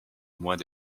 moins